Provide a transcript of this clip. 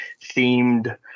themed